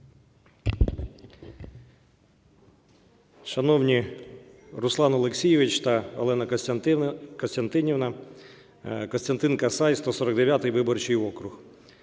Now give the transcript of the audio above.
Шановні Руслан Олексійович та Олена Костянтинівна! Костянтин Касай, 149 виборчий округ.